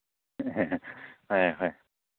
ꯍꯣꯏ ꯍꯣꯏ